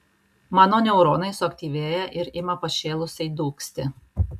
mano neuronai suaktyvėja ir ima pašėlusiai dūgzti